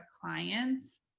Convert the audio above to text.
clients